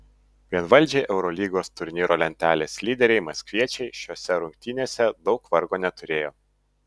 vienvaldžiai eurolygos turnyro lentelės lyderiai maskviečiai šiose rungtynėse daug vargo neturėjo